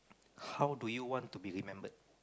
how do you want to be remembered